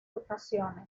ocasiones